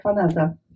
Canada